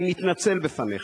אני מתנצל בפניך.